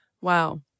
Wow